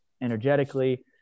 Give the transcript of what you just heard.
energetically